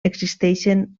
existeixen